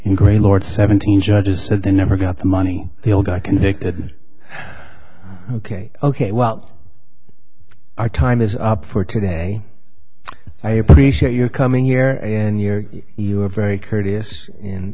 in gray lord seventeen judges said they never got the money they all got convicted ok ok well our time is up for today i appreciate your coming here and your you are very courteous